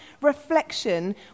reflection